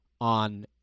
on